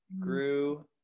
grew